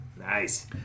nice